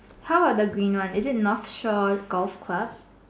how are the green one is it North sure golf club